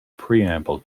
preamble